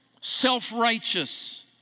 self-righteous